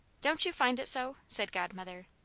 don't you find it so? said godmother.